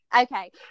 Okay